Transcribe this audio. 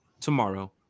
tomorrow